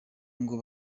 ngo